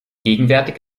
gegenwärtig